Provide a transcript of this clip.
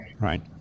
Right